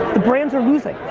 the brands are losing.